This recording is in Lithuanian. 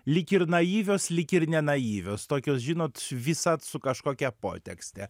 lyg ir naivios lyg ir nenaivios tokios žinot visad su kažkokia potekste